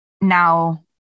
now